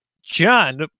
John